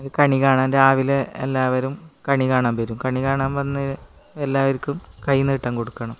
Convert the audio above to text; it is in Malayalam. കണികാണാൻ രാവിലെ എല്ലാവരും കണി കാണാൻ വരും കണികാണാൻ വന്ന് എല്ലാവർക്കും കൈ നീട്ടം കൊടുക്കണം